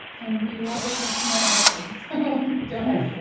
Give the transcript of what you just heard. and we love the connection right now too so don't hesitate.